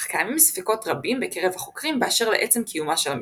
אך קיימים ספקות רבים בקרב החוקרים באשר לעצם קיומה של המלחמה.